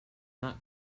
not